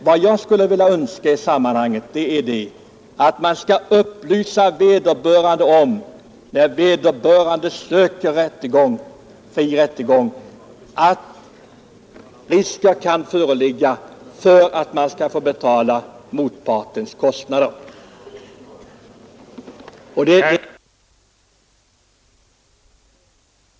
Vad jag skulle önska i sammanhanget är att man skall upplysa den som söker fri rättegång — när han söker — om att risker kan föreligga för att han skall få betala motpartens kostnader. Denna upplysning kan lämnas på vederbörande rättshjälpsanstalt.